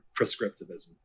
prescriptivism